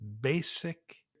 basic